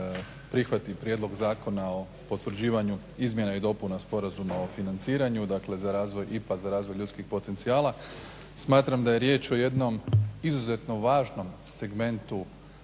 prihvati Prijedlog zakona o potvrđivanju izmjena i dopuna Sporazuma o financiranju, dakle za razvoj IPA, za razvoj ljudskih potencijala. Smatram da je riječ o jednom izuzetno važnom segmentu